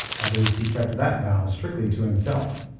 at least he kept that vow strictly to himself.